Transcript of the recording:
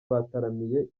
bataramiye